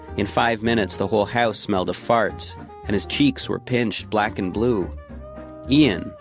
in five minutes the whole house smelled of farts and his cheeks were pinched black and blue ian,